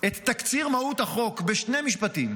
את תקציר מהות החוק בשני משפטים: